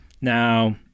Now-